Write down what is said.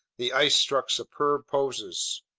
the ice struck superb poses.